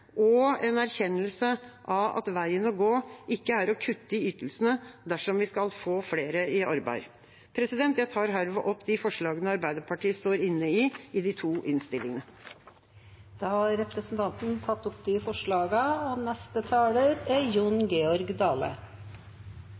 og en erkjennelse av at veien å gå ikke er å kutte i ytelsene, dersom vi skal få flere i arbeid. Jeg tar herved opp de forslagene Arbeiderpartiet har sammen med andre i de to innstillingene. Representanten Lise Christoffersen har tatt opp de forslagene hun refererte til. La meg aller først seie at eg er